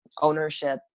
ownership